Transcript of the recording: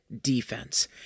defense